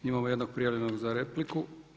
Imamo jednog prijavljenog za repliku.